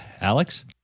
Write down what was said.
Alex